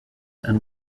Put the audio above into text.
and